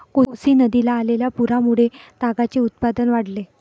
कोसी नदीला आलेल्या पुरामुळे तागाचे उत्पादन वाढले